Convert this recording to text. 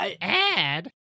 add